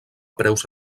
preus